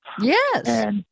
Yes